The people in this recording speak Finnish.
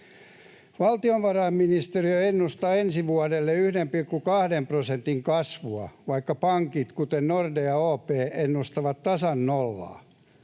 Valtiovarainministeriö ennustaa ensi vuodelle 1,2 prosentin kasvua, vaikka pankit, kuten Nordea ja OP, ennustavat tasan nollaa.